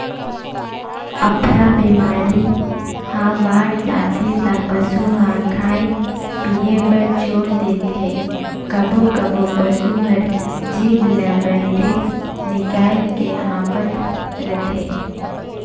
अफरा बेमारी ह बाड़ जाथे त पसू ह खाए पिए बर छोर देथे, कभों कभों पसू हर जीभ ल बहिरे निकायल के हांफत रथे